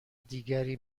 دیگری